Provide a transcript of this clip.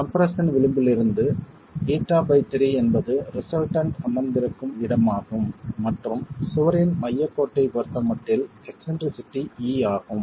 எனவே கம்ப்ரெஸ்ஸன் விளிம்பிலிருந்து η3 என்பது ரிசல்டன்ட் அமர்ந்திருக்கும் இடமாகும் மற்றும் சுவரின் மையக் கோட்டைப் பொறுத்தமட்டில் எக்ஸ்ன்ட்ரிசிட்டி e ஆகும்